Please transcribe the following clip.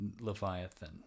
Leviathan